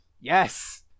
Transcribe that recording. Yes